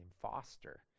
Foster